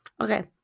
Okay